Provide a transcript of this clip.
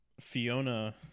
Fiona